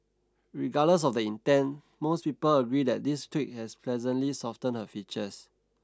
regardless of the intent most people agree that this tweak has pleasantly softened her features